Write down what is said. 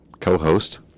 co-host